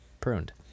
pruned